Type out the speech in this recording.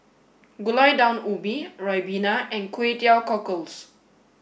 Gulai Daun Ubi Ribena and Kkway Teow cockles